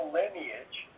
lineage